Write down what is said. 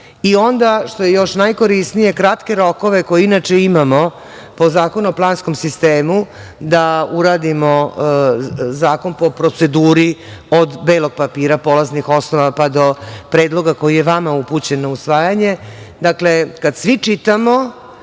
onda, što je najkorisnije, kratke rokove, koje inače imamo po zakonu o planskom sistemu, da uradimo, zakon po proceduri od belog papira, polaznih osnova, do predloga koji je vama upućen na usvajanje,